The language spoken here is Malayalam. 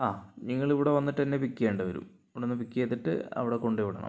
അ നിങ്ങള് ഇവിടെ വന്നിട്ട് എന്നെ പിക്ക് ചെയ്യേണ്ട വരും ഇവിടെ വന്ന് പിക്ക് ചെയ്തിട്ട് അവിട കൊണ്ടു പോയി വിടണം